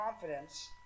confidence